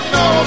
no